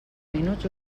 minuts